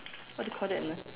what do you call that ah